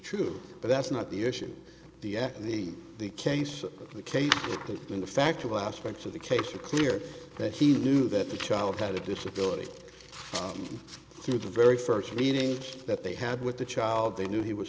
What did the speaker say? true but that's not the issue the act and the the case of the case in the factual aspects of the case are clear that he knew that the child had a disability through the very first meeting that they had with the child they knew he was